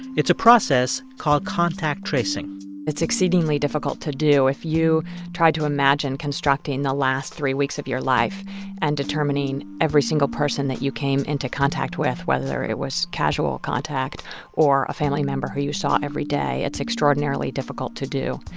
it's a process called contact tracing it's exceedingly difficult to do. if you tried to imagine constructing the last three weeks of your life and determining every single person that you came into contact with, whether it was casual contact or a family member who you saw every day, it's extraordinarily difficult to do.